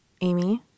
Amy